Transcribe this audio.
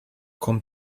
come